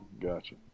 gotcha